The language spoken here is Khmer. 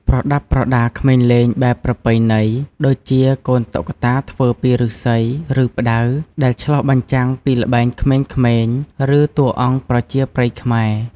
ប្រដាប់ប្រដាក្មេងលេងបែបប្រពៃណី: ដូចជា កូនតុក្កតាធ្វើពីឫស្សី ឬផ្តៅ ដែលឆ្លុះបញ្ចាំងពីល្បែងក្មេងៗ ឬតួអង្គប្រជាប្រិយខ្មែរ។